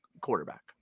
quarterback